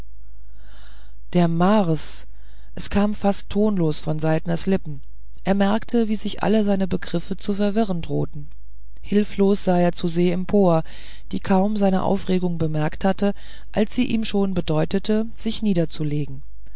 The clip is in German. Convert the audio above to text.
der mars es kam fast tonlos von saltners lippen er merkte wie sich alle seine begriffe zu verwirren drohten hilflos sah er zu se empor die kaum seine aufregung bemerkt hatte als sie ihm schon bedeutete sich niederzulegen